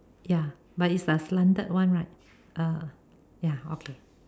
ya but it's a slanted one right uh ya okay